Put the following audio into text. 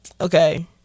Okay